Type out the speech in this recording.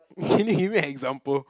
can you give me example